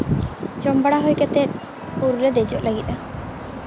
ᱡᱚᱢ ᱵᱟᱲᱟ ᱦᱩᱭ ᱠᱟᱛᱮ ᱵᱩᱨᱩᱞᱮ ᱫᱮᱡᱚᱜ ᱞᱟᱹᱜᱤᱫᱼᱟ